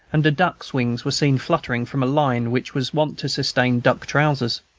and a duck's wings were seen fluttering from a line which was wont to sustain duck trousers.